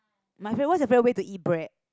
my favorite what's your favorite way to eat bread